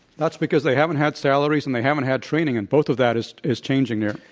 that's because they haven't had salaries, and they haven't had training. and both of that is is changing there.